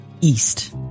east